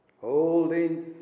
Holding